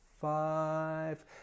five